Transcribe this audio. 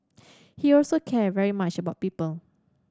he also cared very much about people